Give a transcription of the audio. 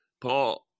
Paul